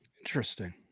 Interesting